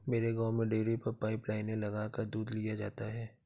मेरे गांव में डेरी पर पाइप लाइने लगाकर दूध लिया जाता है